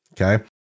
Okay